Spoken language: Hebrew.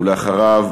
אחריו,